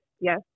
yes